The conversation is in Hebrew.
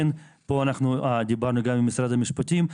פה דיברנו גם עם משרד המשפטים,